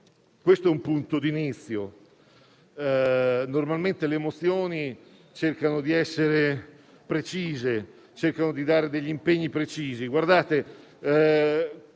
Questo è un punto d'inizio. Normalmente le mozioni cercano di essere precise e di dare degli impegni precisi.